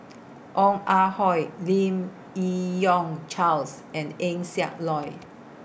Ong Ah Hoi Lim Yi Yong Charles and Eng Siak Loy